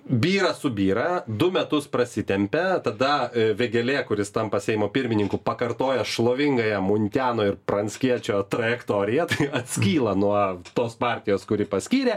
byra subyra du metus prasitempia tada vėgėlė kuris tampa seimo pirmininku pakartoja šlovingąją muntiano ir pranckiečio trajektoriją atskyla nuo tos partijos kuri paskyrė